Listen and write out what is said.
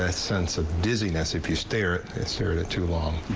ah sense of dizziness if you stare syria too long.